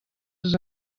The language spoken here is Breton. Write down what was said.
eus